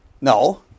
No